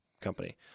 company